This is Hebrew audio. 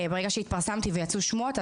ברגע שהתפרסמתי ויצאו שמועות,